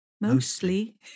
Mostly